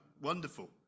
Wonderful